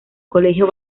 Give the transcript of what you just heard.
colegio